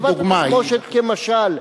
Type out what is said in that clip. גבעת-התחמושת כמשל.